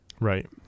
Right